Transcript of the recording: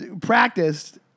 practiced